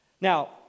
Now